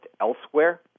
elsewhere